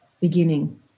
beginning